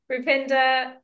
Rupinda